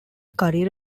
curry